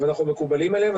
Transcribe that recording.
ואנחנו מקובלים עליהם.